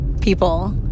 people